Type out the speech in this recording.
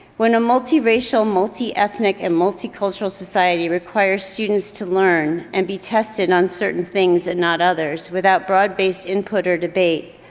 when a multiracial, multi-ethnic and multicultural society requires students to learn and be tested on certain things and not others without broad-based input or debate,